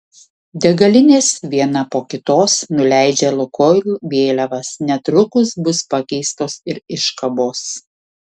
degalinės viena po kitos nuleidžia lukoil vėliavas netrukus bus pakeistos ir iškabos